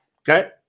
Okay